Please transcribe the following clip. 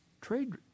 Trade